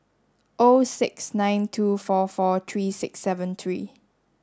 O six nine two four four three six seven three